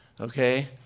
okay